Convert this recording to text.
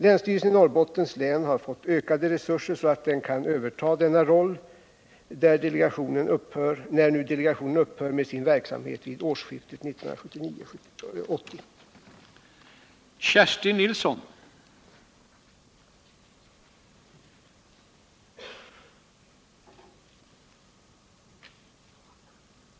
Länsstyrelsen i Norrbottens län har fått ökade resurser så att den kan överta denna roll, när delegationen upphör med sin verksamhet vid årsskiftet 1979-1980.